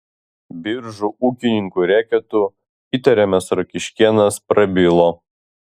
biržų ūkininkų reketu įtariamas rokiškėnas prabilo